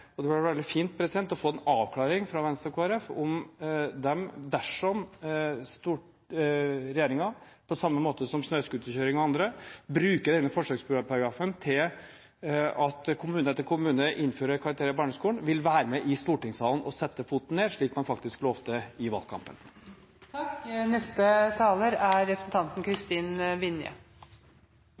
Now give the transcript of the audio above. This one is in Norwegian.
Det hadde vært veldig fint å få en avklaring fra Venstre og Kristelig Folkeparti på om de – dersom regjeringen, på samme måte som i saken om snøscooterkjøringen og i andre saker, bruker denne forsøksparagrafen til å innføre karakterer i barneskolen i kommune etter kommune – vil være med og sette foten ned i stortingssalen, slik man faktisk lovte i